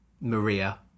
Maria